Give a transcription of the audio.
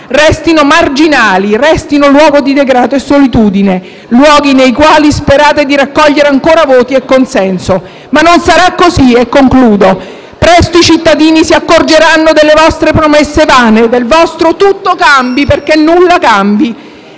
restino marginali, restino luoghi di degrado e solitudine, luoghi nei quali sperate di raccogliere ancora voti e consenso. Ma non sarà così. Presto i cittadini si accorgeranno delle vostre promesse vane, del vostro tutto cambi perché nulla cambi.